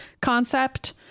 concept